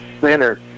center